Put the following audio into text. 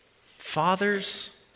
Fathers